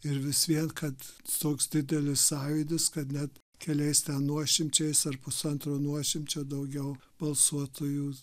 ir vis vien kad toks didelis sąjūdis kad net keliais ten nuošimčiais ar pusantro nuošimčio daugiau balsuotojų